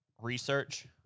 research